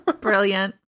brilliant